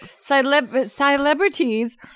Celebrities